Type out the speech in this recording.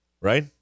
Right